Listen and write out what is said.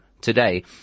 today